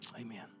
Amen